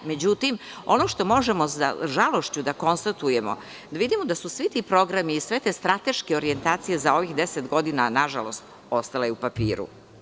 Međutim, ono što možemo sa žalošću da konstatujemo je da vidimo da su svi ti programi i sve te strateške orijentacije za ovih deset godina ostale na papiru.